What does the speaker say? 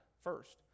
first